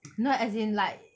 no as in like